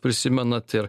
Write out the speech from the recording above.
prisimenat ir